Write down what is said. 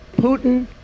Putin